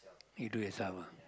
you do yourself ah